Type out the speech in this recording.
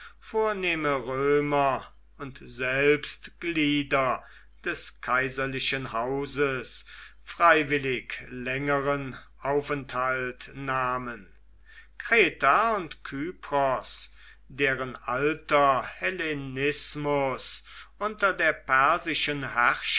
vornehme römer und selbst glieder des kaiserlichen hauses freiwillig längeren aufenthalt nahmen kreta und kypros deren alter hellenismus unter der persischen